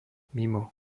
mimo